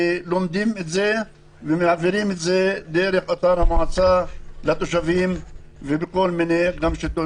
לומדים את זה ומעבירים את זה דרך אתר המועצה לתושבים ובכל מיני שיטות.